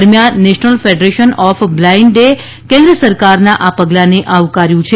દરમિયાન national federation of બ્લાઇન્ડે કેન્દ્ર સરકારના આ પગલાંને આવકાર્યું છે